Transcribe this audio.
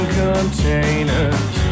containers